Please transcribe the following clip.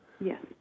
Yes